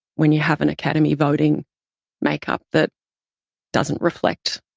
when you have an academy voting makeup that doesn't reflect